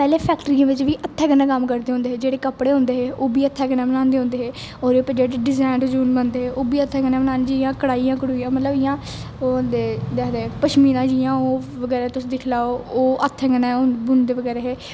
पैहलें फैक्टरियें च बी हत्थै कन्नै कम्म करदे होंदे है जेहडे़ कपडे़ होंदे है ओह्बी हत्थें कन्नै बनांदे होंदे एहदे उप्पर जेहड़ी डिजाइन बनदे हे ओह्बी हत्थें कन्नै बनाने जियां कढाइया मतलब इयां ओह् होंदे केह् आक्खदे पशमीना जियां ओह् बगैरा तुस दिक्खी लो ओह् हत्थें कन्नै बुनदे बगैरा है